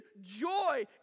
joy